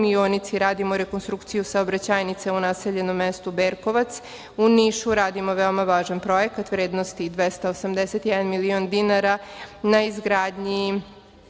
u Mionici radimo rekonstrukciju saobraćajnica u naseljenom mestu Berkovac, u Nišu radimo veoma važan projekat vrednosti 281 milion dinara na izgradnji